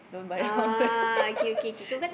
don't buy a house there